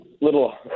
little